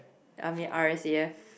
I mean R_A_C_F